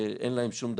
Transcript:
שאין להם שום דבר,